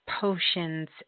potions